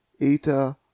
Eta